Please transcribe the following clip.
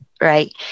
right